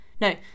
no